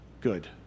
good